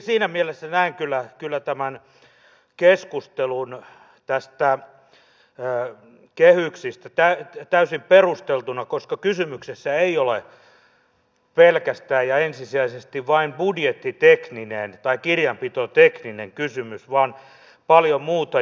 siinä mielessä näen kyllä tämän keskustelun kehyksistä täysin perusteltuna koska kysymyksessä ei ole pelkästään ja ensisijaisesti vain budjettitekninen tai kirjanpitotekninen kysymys vaan paljon muuta